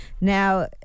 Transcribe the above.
Now